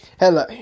Hello